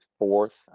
Fourth